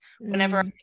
whenever